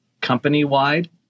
company-wide